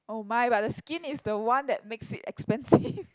oh-my but the skin is the one that makes it expensive